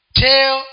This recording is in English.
tell